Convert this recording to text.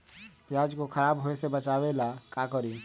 प्याज को खराब होय से बचाव ला का करी?